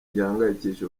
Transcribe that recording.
gihangayikishije